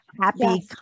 happy